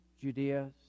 Judea